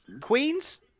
Queens